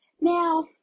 now